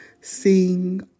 sing